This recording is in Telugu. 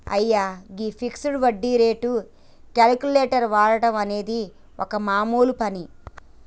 అయ్యో గీ ఫిక్సడ్ వడ్డీ రేటు క్యాలిక్యులేటర్ వాడుట అనేది ఒక మామూలు పని